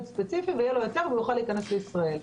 ספציפי ויהיה לו היתר והוא יוכל להיכנס לישראל.